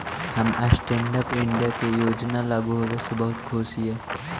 हम stand up India के योजना लागू होबे से बहुत खुश हिअई